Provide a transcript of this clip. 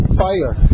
fire